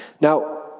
Now